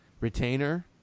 retainer